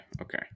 okay